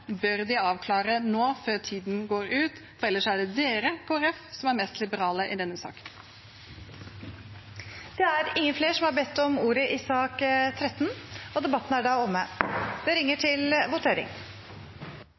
bør de avklare nå før tiden går ut, for ellers er det dere, Kristelig Folkeparti, som er mest liberale i denne saken. Flere har ikke bedt om ordet til sak nr. 13. Stortinget går da til votering. Sakene nr. 1–12 er ferdigbehandlet. Under debatten er det